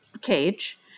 cage